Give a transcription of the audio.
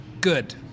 good